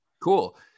Cool